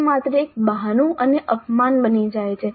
તે માત્ર એક બહાનું અને અપમાન બની જાય છે